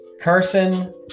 Carson